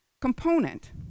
component